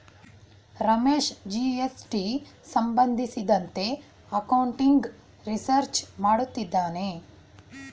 Ramesh GST ಸಂಬಂಧಿಸಿದಂತೆ accounting research ಮಾಡುತ್ತಿದ್ದಾನೆ